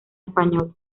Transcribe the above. español